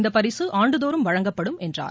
இந்த பரிசு ஆண்டுதோறும் வழங்கப்படும் என்றார்